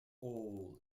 all